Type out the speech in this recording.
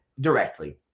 directly